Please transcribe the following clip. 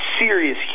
serious